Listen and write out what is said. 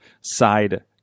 side